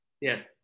yes